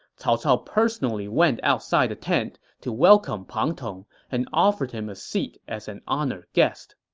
cao cao personally went outside the tent to welcome pang tong and offered him a seat as an honored guest